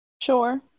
Sure